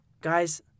Guys